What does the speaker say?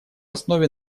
основе